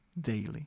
daily